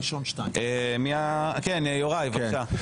יוראי, בבקשה.